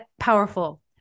powerful